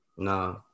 No